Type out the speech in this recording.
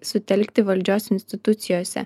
sutelkti valdžios institucijose